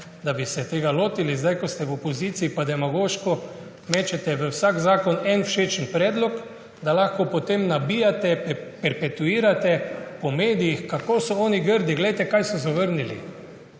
da bi se tega lotili. Zdaj, ko ste v opoziciji, pa demagoško mečete v vsak zakon en všečen predlog, da lahko potem nabijate, perpetuirate po medijih, češ, kako so oni grdi, glejte, kaj so zavrnili.